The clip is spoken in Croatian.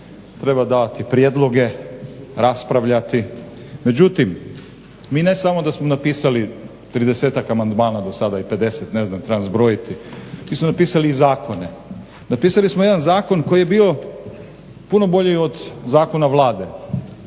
treba dati prijedloge, raspravljati. Međutim mi ne samo da smo napisali 30 amandmana do sada i 50 ne znam trebam zbrojiti. Mi smo napisali i zakone. Napisali smo jedan zakon koji je bio puno bolji od zakona Vlade.